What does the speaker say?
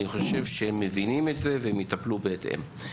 אני חושב שהם מבינים את זה והם יטפלו בהתאם.